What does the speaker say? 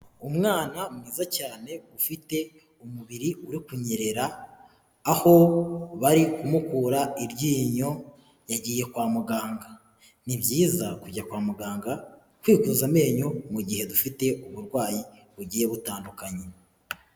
Umwana mwiza cyane ufite umubiri uri kunyerera aho bari kumukura iryinyo yagiye kwa muganga, ni byiza kujya kwa muganga kwikuza amenyo mu gihe dufite uburwayi bugiye butandukanye.